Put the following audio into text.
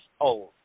old